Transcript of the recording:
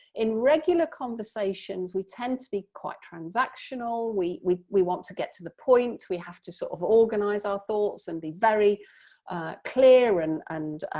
in regular conversations we tend to be quite transactional, we we we want to get to the point, we have to sort of organise our thoughts and be very clear and and